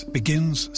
begins